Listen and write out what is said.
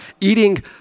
eating